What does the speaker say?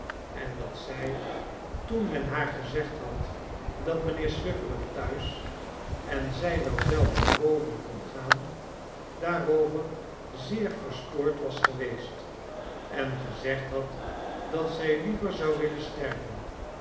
en dat zij toen men haar gezegd had dat mijnheer swiveller thuis en zij wel zelve boven kon gaan daarover zeer verstoord was geweest en gezegd had dat zij liever zou willen sterven